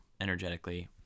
energetically